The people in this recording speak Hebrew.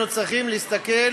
אנחנו צריכים להסתכל